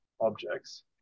objects